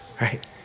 right